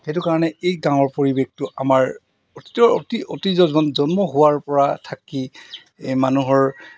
সেইটো কাৰণে এই গাঁৱৰ পৰিৱেশটো আমাৰ অতীতৰ অতীতৰ জন্ম হোৱাৰপৰা থাকি মানুহৰ